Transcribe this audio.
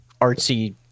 artsy